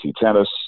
Tennis